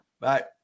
bye